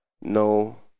no